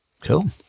cool